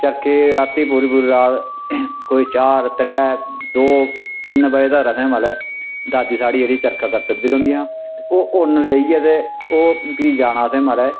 चरखे राती पूरी पूरी रात कोई चार त्रै दो इन्ने बजे तगर असें मतलब दादी साढ़ी जेह्ड़ी चरखा कतदियां रौंह्दियां हियां ते ओह् उन्न लेइयै ते ओह् फ्ही जाना असें महाराज